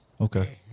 Okay